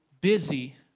busy